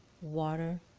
water